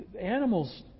Animals